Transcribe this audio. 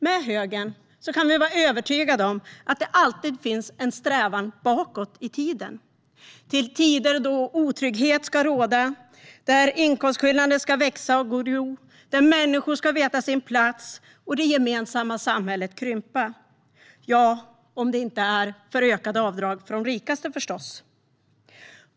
Med högern kan vi vara övertygade om att det alltid finns en strävan bakåt i tiden, till tider då otrygghet ska råda, inkomstskillnader ska växa och gro, människor ska veta sin plats och det gemensamma samhället krympa - ja, om det inte är för ökade avdrag för de rikaste, förstås.